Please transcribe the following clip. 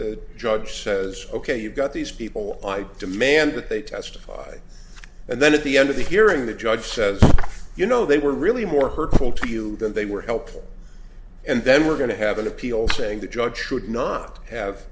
the judge says ok you got these people i demand that they testified and then at the end of the hearing the judge says you know they were really more hurtful to you than they were helpful and then we're going to have an appeal saying the judge should not have